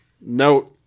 note